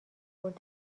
برد